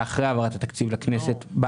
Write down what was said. אחרי העברת התקציב לכנסת.